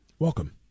Welcome